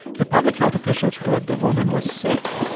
the public health officials heard the woman was sick.